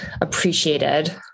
appreciated